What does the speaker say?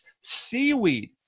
Seaweed